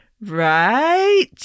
Right